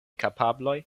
kapabloj